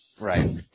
Right